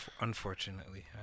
Unfortunately